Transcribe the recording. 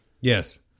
Yes